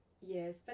Yes